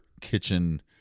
kitchen